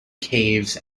caves